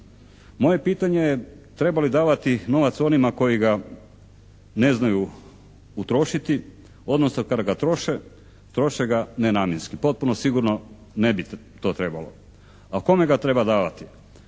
Moje pitanje je treba li davati novac onima koji ga ne znaju utrošiti, odnosno kada ga troše, troše ga nenamjenski. Potpuno sigurno ne bi to trebalo. A kome ga treba davati?